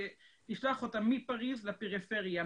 לשלוח אותם מפריז לפריפריה,